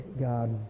God